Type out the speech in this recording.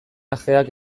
ajeak